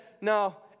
no